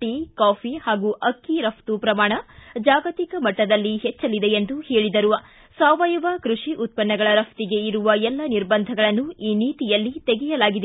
tea coffee ಹಾಗೂ ಅಕ್ಕಿ ರಫ್ತು ಪ್ರಮಾಣ ಜಾಗತಿಕ ಮಟ್ಟದಲ್ಲಿ ಹೆಚ್ಚಲಿದೆ ಎಂದು ಹೇಳಿದರು ಸಾವಯವ ಕೃಷಿ ಉತ್ಪನ್ನಗಳ ರಫ್ಟಿಗೆ ಇರುವ ಎಲ್ಲ ನಿರ್ಬಂಧಗಳನ್ನು ಈ ನೀತಿಯಲ್ಲಿ ತೆಗೆಯಲಾಗಿದೆ